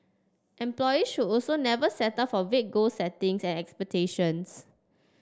employees should also never settle for vague goal settings and expectations